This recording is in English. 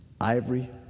Ivory